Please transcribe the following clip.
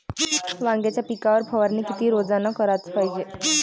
वांग्याच्या पिकावर फवारनी किती रोजानं कराच पायजे?